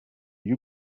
you